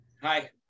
Hi